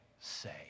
say